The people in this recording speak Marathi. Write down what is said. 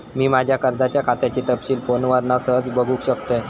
मी माज्या कर्जाच्या खात्याचे तपशील फोनवरना सहज बगुक शकतय